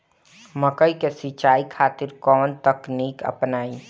मकई के सिंचाई खातिर कवन तकनीक अपनाई?